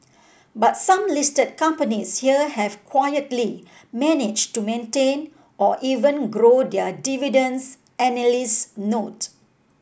but some listed companies here have quietly managed to maintain or even grow their dividends analysts note